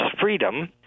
freedom